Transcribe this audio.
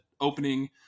opening